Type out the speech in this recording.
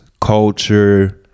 culture